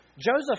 Joseph